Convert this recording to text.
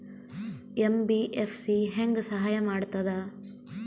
MBFC ಹೆಂಗ್ ಸಹಾಯ ಮಾಡ್ತದ?